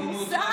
פורסם.